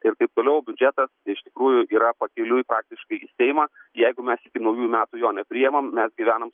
ir taip toliau biudžetas iš tikrųjų yra pakeliui faktiškai į seimą jeigu mes iki naujųjų metų jo nepriimam mes gyvenam